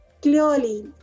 clearly